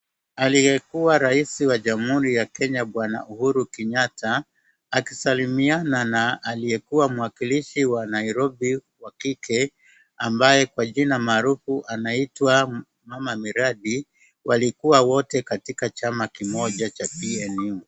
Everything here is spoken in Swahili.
Aliyekuwa rais wa jamhuri ya Kenya bwana Uhuru Kenyatta akisalimiana na aliyekuwa mwakilishi wa Nairobi wa kike ambaye kwa jina maarufu anaitwa mama miradi walikuwa wote katika chama kimoja cha PNU.